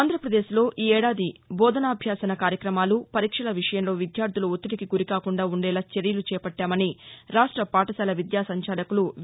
ఆంధ్రప్రదేశ్లో ఈ ఏడాది బోధనాభ్యసన కార్యక్రమాలు పరీక్షల విషయంలో విద్యార్థులు ఒత్తిడికి గురి కాకుండా ఉండేలా చర్యలు చేపట్టామని రాష్ట పాఠశాల విద్యా సంచాలకులు వి